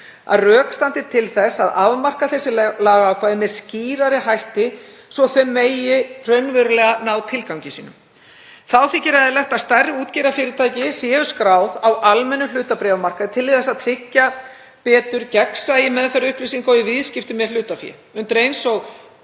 að rök standi til þess að afmarka þessi lagaákvæði með skýrari hætti svo að þau megi ná tilgangi sínum. Þá þykir eðlilegt að stærri útgerðarfyrirtæki séu skráð á almennum hlutabréfamarkaði til þess að tryggja betur gegnsæi í meðferð upplýsinga og í viðskiptum með hlutafé.